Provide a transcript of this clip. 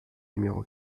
numéro